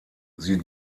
sie